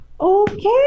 okay